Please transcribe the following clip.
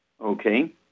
Okay